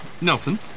Nelson